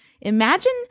Imagine